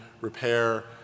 repair